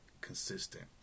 consistent